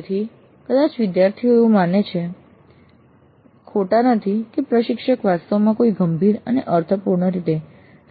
તેથી કદાચ વિદ્યાર્થીઓ એવું માનવામાં ખોટા નથી કે પ્રશિક્ષકો વાસ્તવમાં કોઈ ગંભીર અને અર્થપૂર્ણ રીતે